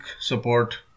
support